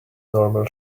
normal